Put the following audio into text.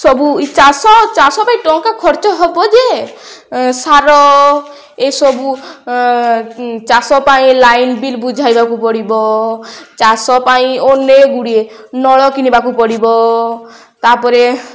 ସବୁ ଚାଷ ଚାଷ ପାଇଁ ଟଙ୍କା ଖର୍ଚ୍ଚ ହେବ ଯେ ସାର ଏସବୁ ଚାଷ ପାଇଁ ଲାଇନ୍ ବିଲ୍ ବୁଝାଇବାକୁ ପଡ଼ିବ ଚାଷ ପାଇଁ ଅନେକଗୁଡ଼ିଏ ନଳ କିଣିବାକୁ ପଡ଼ିବ ତାପରେ